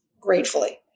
gratefully